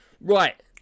right